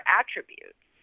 attributes